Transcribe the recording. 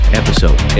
episode